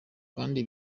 kandi